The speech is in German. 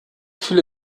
viele